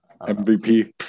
MVP